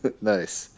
Nice